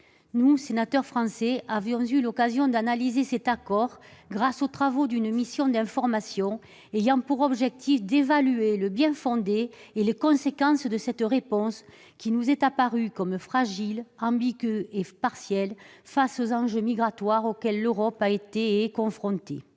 Nous, sénateurs français, avions eu l'occasion d'analyser cet accord grâce aux travaux d'une mission d'information ayant pour objectif d'évaluer le bien-fondé et les conséquences de cette réponse, qui nous est apparue comme fragile, ambiguë et partielle face aux enjeux migratoires auxquels l'Europe a été et est confrontée.